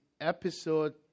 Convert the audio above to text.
Episode